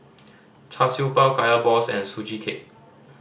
Char Siew Bao Kaya balls and Sugee Cake